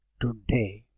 today